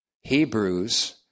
Hebrews